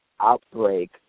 outbreak